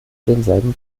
denselben